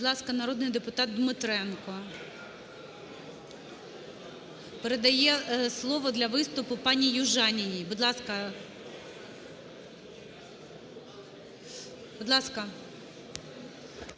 Будь ласка, народний депутат Дмитренко. Передає слово для виступу пані Южаніній. Будь ласка.